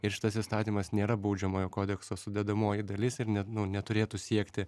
ir šitas įstatymas nėra baudžiamojo kodekso sudedamoji dalis ir net neturėtų siekti